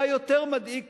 והיותר מדאיג זה,